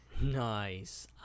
Nice